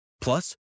Plus